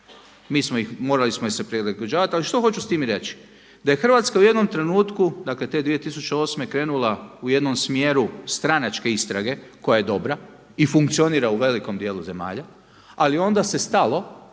mi smo ih, morali smo im se prilagođavati. Ali što hoću s time reći? Da je Hrvatska u jednom trenutku, dakle te 2008. krenula u jednom smjeru stranačke istrage koja je dobra i funkcionira u velikom dijelu zemalja ali onda se stalo